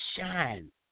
shine